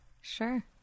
Sure